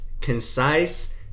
concise